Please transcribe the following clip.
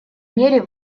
мере